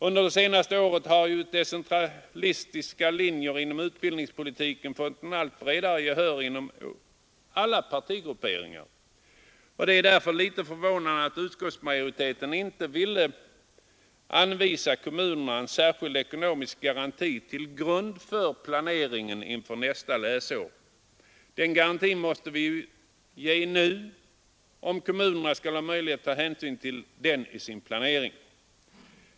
Under det senaste året har ju de decentralistiska linjerna inom utbildningspolitiken fått allt bredare gehör i alla partigrupperingarna. Det är därför lite förvånande att utskottsmajoriteten inte vill anvisa kommunerna en särskild ekonomisk garanti till grund för planeringen inför nästa läsår. Den garantin måste vi ge nu om kommunerna skall ha möjlighet att ta hänsyn till den i sin planering.